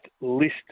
list